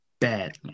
Bad